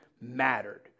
mattered